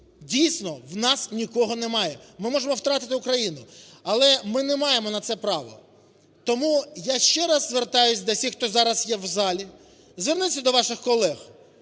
дійсно, у нас нікого немає. Ми можемо втратити Україну, але ми не маємо на це право. Тому я ще раз звертаюся до всіх, хто зараз є в залі. Зверніться до ваших колег.